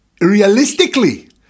realistically